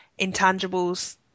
intangibles